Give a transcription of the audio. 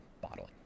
bottling